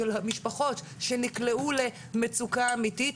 של משפחות שנקלעו למצוקה אמתית?